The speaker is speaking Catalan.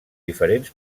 diferents